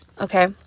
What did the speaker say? Okay